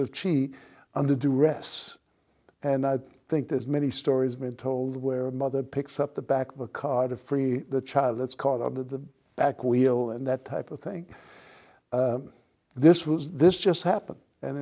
of cheek under duress and i think there's many stories been told where a mother picks up the back of a car to free the child that's caught on the back wheel and that type of thing this was this just happened and